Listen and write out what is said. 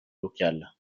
locales